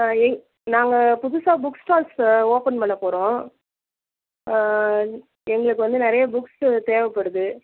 நாங்கள் புதுசாக books stalls open பண்ண போகிறோம் எங்களுக்கு வந்து நிறைய புக்ஸ்ஸு தேவைப்படுது